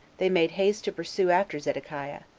they made haste to pursue after zedekiah,